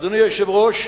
אדוני היושב-ראש,